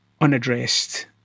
unaddressed